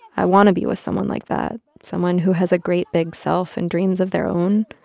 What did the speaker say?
i want to be with someone like that someone who has a great, big self and dreams of their own.